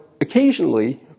occasionally